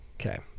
Okay